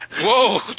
Whoa